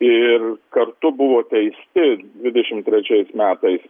ir kartu buvo teisti dvidešimt trečiais metais